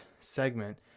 segment